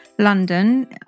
London